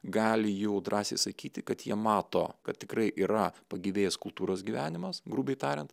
gali jau drąsiai sakyti kad jie mato kad tikrai yra pagyvėjęs kultūros gyvenimas grubiai tariant